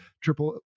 triple